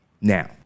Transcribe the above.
Now